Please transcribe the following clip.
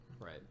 right